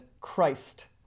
christ